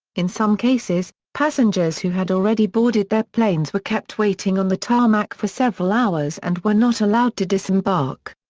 in some cases, passengers who had already boarded their planes were kept waiting on the tarmac for several hours and were not allowed to disembark.